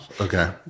okay